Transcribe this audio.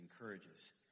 encourages